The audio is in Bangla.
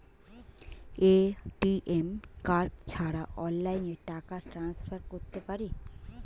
এ.টি.এম কার্ড ছাড়া অনলাইনে টাকা টান্সফার করতে পারি?